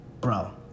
Bro